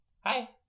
Hi